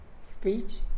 speech